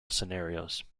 scenarios